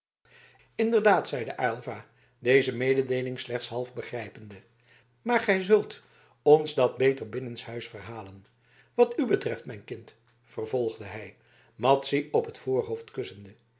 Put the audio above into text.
inderdaad zeide aylva deze mededeeling slechts half begrijpende maar gij zult ons dat beter binnenshuis verhalen wat u betreft mijn kind vervolgde hij madzy op het voorhoofd kussende